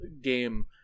game